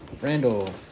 Randall